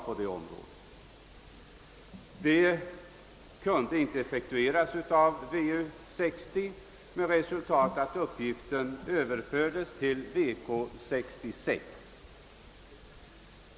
Uppgiften kunde emellertid inte lösas av VU 60 utan överfördes till VK 66.